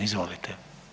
Izvolite.